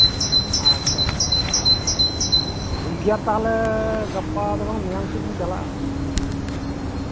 ᱟᱪᱪᱷᱟ ᱟᱪᱪᱷᱟ ᱦᱮᱸ ᱦᱮᱸ ᱴᱷᱤᱠ ᱜᱮᱭᱟ ᱛᱟᱦᱞᱮ ᱜᱟᱯᱟ ᱫᱚ ᱵᱟᱝ ᱢᱮᱭᱟᱝ ᱥᱮᱫ ᱤᱧ ᱪᱟᱞᱟᱜᱼᱟ